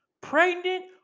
Pregnant